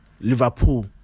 Liverpool